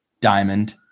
Diamond